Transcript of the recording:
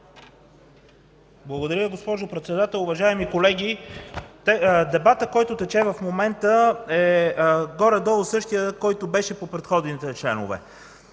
Благодаря, госпожо Председател. Уважаеми колеги, дебатът, който тече в момента, е горе-долу същият, който беше по предходните членове.